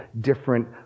different